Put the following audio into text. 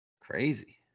Crazy